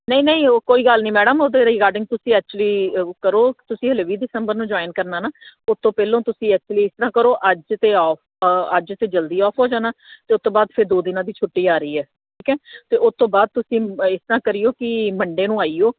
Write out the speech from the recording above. ਨਹੀਂ ਨਹੀਂ ਉਹ ਕੋਈ ਗੱਲ ਨਹੀਂ ਮੈਡਮ ਉਹਦੇ ਰਿਗਾਰਡਿੰਗ ਤੁਸੀਂ ਐਕਚੁਲੀ ਕਰੋ ਤੁਸੀਂ ਹਾਲੇ ਵੀਹ ਦਿਸੰਬਰ ਨੂੰ ਜੁਆਇਨ ਕਰਨਾ ਨਾ ਉਸ ਤੋਂ ਪਹਿਲਾਂ ਤੁਸੀਂ ਐਕਚੁਲੀ ਇਸ ਤਰ੍ਹਾਂ ਕਰੋ ਅੱਜ ਤਾਂ ਓ ਅੱਜ ਤਾਂ ਜਲਦੀ ਆਫ ਹੋ ਜਾਣਾ ਅਤੇ ਉਸ ਤੋਂ ਬਾਅਦ ਫਿਰ ਦੋ ਦਿਨਾਂ ਦੀ ਛੁੱਟੀ ਆ ਰਹੀ ਹੈ ਠੀਕ ਆ ਅਤੇ ਉਸ ਤੋਂ ਬਾਅਦ ਤੁਸੀਂ ਇਸ ਤਰ੍ਹਾਂ ਕਰੀਓ ਕਿ ਮੰਡੇ ਨੂੰ ਆਇਓ